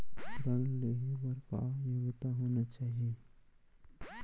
ऋण लेहे बर का योग्यता होना चाही?